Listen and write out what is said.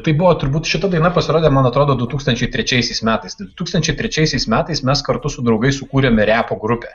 tai buvo turbūt šita daina pasirodė man atrodo du tūkstančiai trečiaisiais metais tai du tūkstančiai trečiaisiais metais mes kartu su draugais sukūrėme repo grupę